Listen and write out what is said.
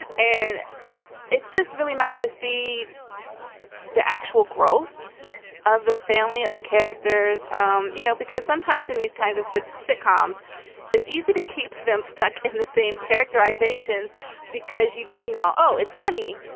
and and it's just really nice to see the actual growth. yes. of the family of the characters um you know because sometimes in these kinds of so sitcoms it's easy to keep them stuck in the same characterizations because you you know. oh it's funny.